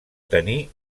tenir